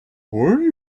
worry